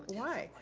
why?